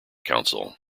council